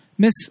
Miss